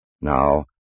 now